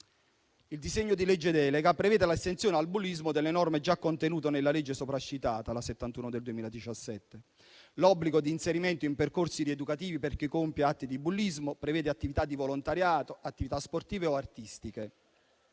Il disegno di legge delega prevede l'estensione al bullismo delle norme già contenute nella legge sopraccitata, la n. 71 del 2017: l'obbligo di inserimento in percorsi rieducativi per chi compie atti di bullismo; prevede attività di volontariato, attività sportive o artistiche.